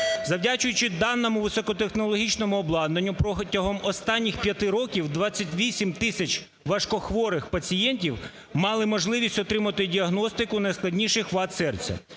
Завдячуючи даному високотехнологічному обладнанню, протягом останніх п'яти років 28 тисяч важкохворих пацієнтів мали можливість отримати діагностику найскладніших вад серця.